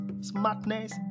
smartness